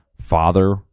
father